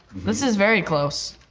this is very close.